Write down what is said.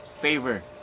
favor